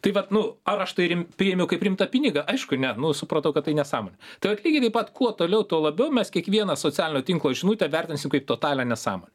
tai vat nu ar aš tai rim priėmiau kaip rimtą pinigą aišku ne nu supratau kad tai nesąmonė tai vat lygiai taip pat kuo toliau tuo labiau mes kiekvieną socialinio tinklo žinutę vertinsim kaip totalią nesąmonę